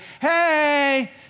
hey